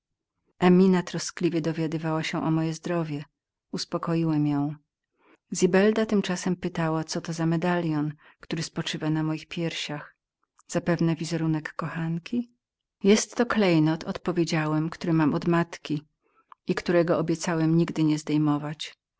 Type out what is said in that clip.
emina troskliwie dowiadywała się o moje zdrowie zaspokoiłem ją zibelda tymczasem pytała cobyto był za medalion który spoczywał na moich piersiach zapewne wizerunek kochanki jestto klejnot odpowiedziałem który mam od matki i którego obiecałem nigdy niezdejmować zawiera